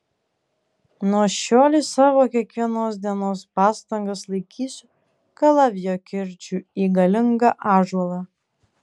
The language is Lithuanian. nuo šiolei savo kiekvienos dienos pastangas laikysiu kalavijo kirčiu į galingą ąžuolą